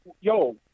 Yo